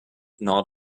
gnawed